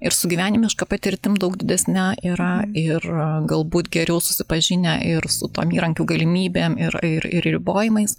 ir su gyvenimiška patirtim daug didesne yra ir galbūt geriau susipažinę ir su tom įrankių galimybėm ir ir ribojimais